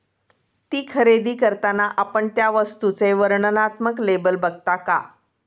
ती खरेदी करताना आपण त्या वस्तूचे वर्णनात्मक लेबल बघता का?